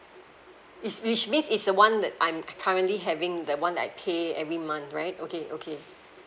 it's which means is the one that I'm currently having that one that I pay every month right okay okay